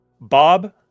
Bob